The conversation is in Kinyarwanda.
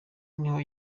niho